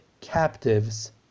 captives